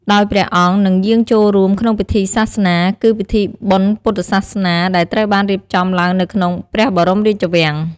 ដោយព្រះអង្គនឹង យាងចូលរួម ក្នុង ពិធីសាសនា គឺ ពិធីបុណ្យពុទ្ធសាសនា ដែលត្រូវបានរៀបចំឡើងនៅក្នុង ព្រះបរមរាជវាំង។